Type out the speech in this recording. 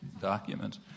documents